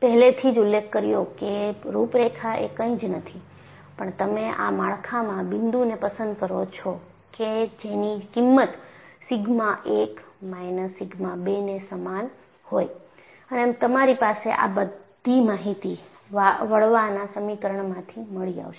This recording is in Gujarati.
પહેલેથી જ ઉલ્લેખ કર્યો છે કે રૂપરેખા એ કંઈ જ નથી પણ તમે આ માળખામાં બિંદુને પસંદ કરો છો કે જેની કિંમત સિગ્મા 1 માઈનસ સિગ્મા 2 ને સમાન હોય અને તમારી પાસે આ બધી માહિતી વળવાના સમીકરણમાંથી મળી આવશે